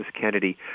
Kennedy